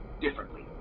differently